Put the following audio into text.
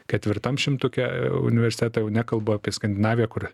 ketvirtam šimtuke universitetą jau nekalbu apie skandinaviją kur